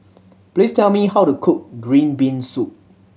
please tell me how to cook green bean soup